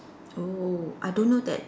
oh I don't know that